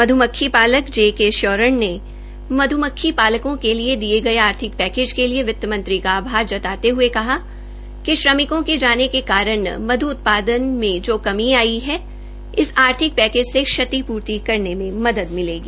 मध्मक्खी पालक जेके श्योरण ने मध्मक्खी पालकों के लिए दिये गए आर्थिक पैकेज के लिए वित्त मंत्री का आभार जताते हुए कहाँ कि श्रमिकों के जाने के कारण मंधु मक्खी उत्पादन में जो कमी आई है इस आर्थिक पैकेज से श्रति पूर्ति करने में मदद मिलेगी